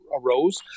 arose